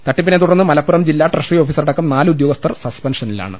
തട്ടിപ്പിനെ തുടർന്ന് മലപ്പുറം ജില്ലാ ട്രഷറി ഓഫീസറടക്കം നാല് ഉദ്യോഗസ്ഥർ സസ്പെൻഷനിലാണ്